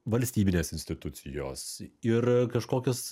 valstybinės institucijos ir kažkokios